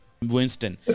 Winston